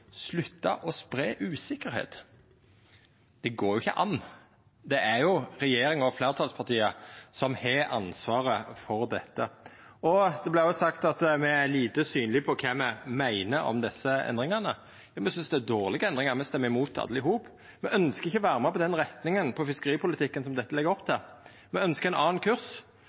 slutta å spreia usikkerheit. Det går jo ikkje an. Det er regjeringa og fleirtalspartia som har ansvaret for dette. Det vart òg sagt at me er lite synlege når det gjeld kva me meiner om desse endringane. Me synest det er dårlege endringar, me stemmer mot alle i hop. Me ønskjer ikkje å vera med på den retninga på fiskeripolitikken som dette legg opp til. Me ønskjer ein annan kurs,